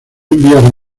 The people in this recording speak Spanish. enviar